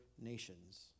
nations